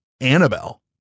Annabelle